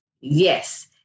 Yes